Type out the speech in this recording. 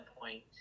point